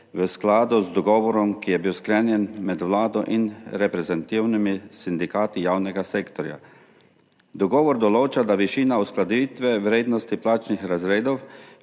v skladu z dogovorom, ki je bil sklenjen med Vlado in reprezentativnimi sindikati javnega sektorja. Dogovor določa, da višina uskladitve vrednosti plačnih razredov